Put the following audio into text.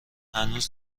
هنوز